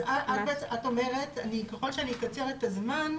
את אומרת שככל שתקצרי את הזמן,